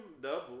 double